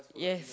yes